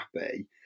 happy